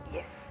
Yes